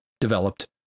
developed